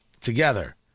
Together